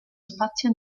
spazio